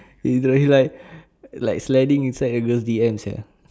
you know he's like like sliding inside a girl D M sia